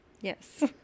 Yes